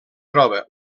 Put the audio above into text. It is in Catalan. troba